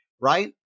right